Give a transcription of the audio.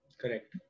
correct